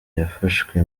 yafashwe